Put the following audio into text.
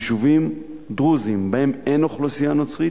ביישובים דרוזיים שבהם אין אוכלוסייה נוצרית,